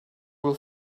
will